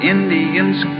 Indians